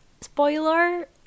spoiler